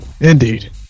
Indeed